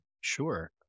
Sure